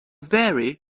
very